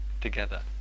together